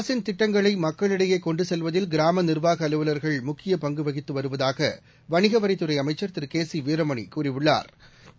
அரசின் திட்டங்களை மக்களிடையே கொண்டு செல்வதில் கிராம நிர்வாக அலுவவர்கள் முக்கிய பங்கு வகித்து வருவதாக வணிக வரித்துறை அமைச்சள் திரு கே சி வீரமணி கூறியுள்ளாா்